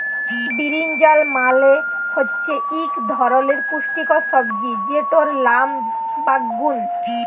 বিরিনজাল মালে হচ্যে ইক ধরলের পুষ্টিকর সবজি যেটর লাম বাগ্যুন